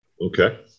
Okay